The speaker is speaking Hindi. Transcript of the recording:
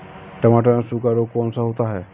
टमाटर में सूखा रोग कौन सा होता है?